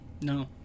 No